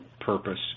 purpose